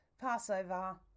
Passover